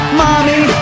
mommy